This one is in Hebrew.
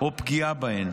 או פגיעה בהן.